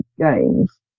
games